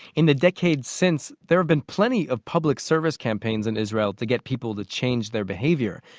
in the decades since, there have been plenty of public service campaigns in israel to get people to change their behavior.